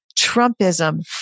Trumpism